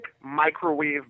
microwave